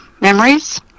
memories